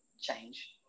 change